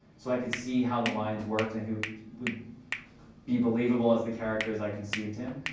so i could see how the lines worked and who would be believable as the character as i conceived him.